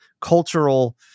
cultural